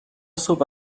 صبح